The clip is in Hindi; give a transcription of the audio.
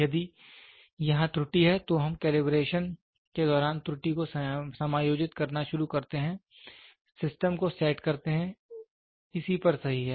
यदि यहां त्रुटि है तो हम कैलिब्रेशन के दौरान त्रुटि को समायोजित करना शुरू करते हैं सिस्टम को सेट करते हैं इसी पर सही है